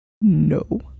No